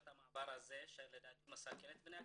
את המעבר הזה שלדעתי מסכן את בני הקהילה,